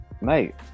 mate